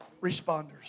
responders